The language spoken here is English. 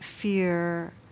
fear